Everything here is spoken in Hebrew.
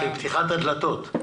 לשם פתיחת הדלתות.